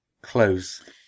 close